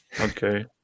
okay